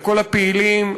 לכל הפעילים,